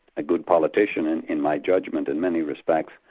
a good politician and in my judgement in many respects,